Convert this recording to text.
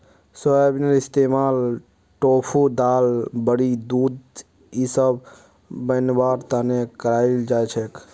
सोयाबीनेर इस्तमाल टोफू दाल बड़ी दूध इसब बनव्वार तने कराल जा छेक